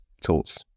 tools